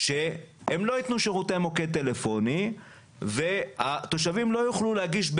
שהם לא ייתנו שירותי מוקד טלפוני והתושבים לא יוכלו להגיש,